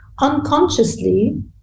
unconsciously